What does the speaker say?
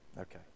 okay